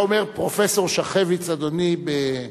היה אומר פרופסור שכביץ, אדוני,